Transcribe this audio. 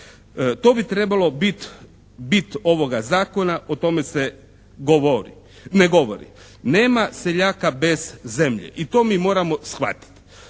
To bi trebalo biti bit ovoga Zakona. O tome se ne govori. Nema seljaka bez zemlja i to mi moramo shvatiti.